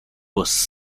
was